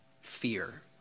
fear